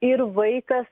ir vaikas